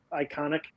iconic